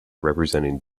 representing